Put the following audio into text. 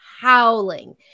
howling